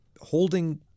holding